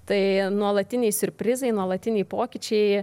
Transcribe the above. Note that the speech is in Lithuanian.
tai nuolatiniai siurprizai nuolatiniai pokyčiai